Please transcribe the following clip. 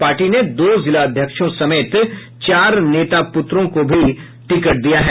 party ने दो जिलाध्यक्षों समेत चार नेता पुत्रों को भी टिकट दिया है